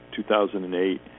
2008